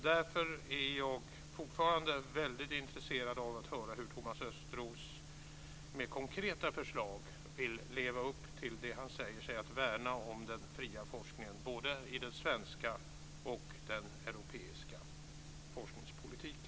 Därför är jag fortfarande väldigt intresserad av att höra hur Thomas Östros med konkreta förslag vill leva upp till det han säger sig värna om, den fria forskningen, både i den svenska och den europeiska forskningspolitiken.